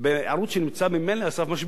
בערוץ שממילא נמצא על סף משבר,